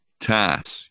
task